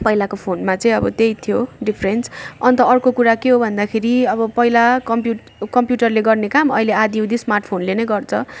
पहिलाको फोनमा चाहिँ अब त्यही हो डिफ्रेन्स अन्त अर्को कुरा के हो भन्दाखेरि पहिला कम्प्युट कम्प्युटरले गर्ने काम अहिले आधी उधी स्मार्ट फोनले नै गर्छ